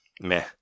meh